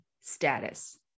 status